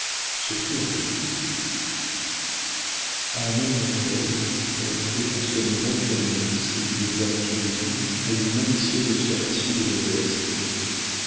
surtout en politique ah mademoiselle répondait en ce moment canalis d'une voix câline à une malicieuse observation de modeste